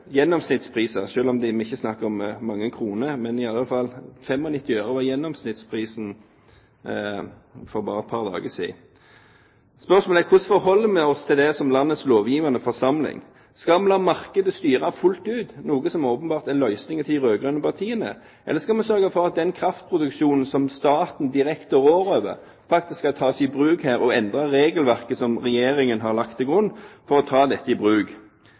gjennomsnittspriser, selv om vi ikke snakker om mange kroner. Men i alle fall var gjennomsnittsprisen 95 øre for bare et par dager siden. Spørsmålet er: Hvordan forholder vi oss til det som landets lovgivende forsamling? Skal vi la markedet styre fullt ut, noe som åpenbart er løsningen til de rød-grønne partiene, eller skal vi sørge for at den kraftproduksjonen som staten direkte rår over, faktisk kan tas i bruk her, og endre regelverket som Regjeringen har lagt til grunn for å ta dette i bruk?